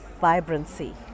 vibrancy